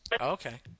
Okay